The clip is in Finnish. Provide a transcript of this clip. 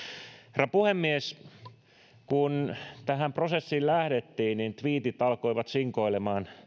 herra puhemies kun tähän prosessiin lähdettiin niin tviitit alkoivat sinkoilemaan